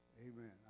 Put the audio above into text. amen